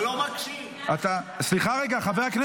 אוגדה חסרה